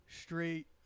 straight